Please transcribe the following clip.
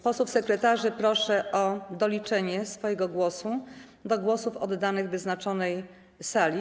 Posłów sekretarzy proszę o doliczenie swojego głosu do głosów oddanych w wyznaczonej sali.